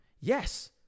Yes